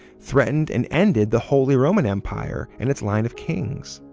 threatened and ended the holy roman empire and it's line of kings.